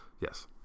Yes